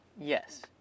Yes